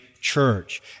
church